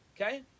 Okay